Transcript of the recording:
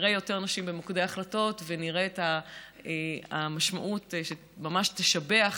נראה יותר נשים במוקדי ההחלטות ונראה את המשמעות, שממש תשביח